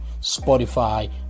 Spotify